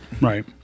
right